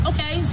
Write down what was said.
Okay